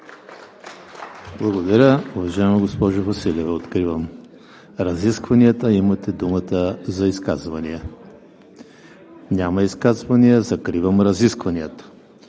Благодаря, уважаема госпожо Василева. Откривам разискванията. Имате думата за изказвания. Няма желаещи. Закривам разискванията.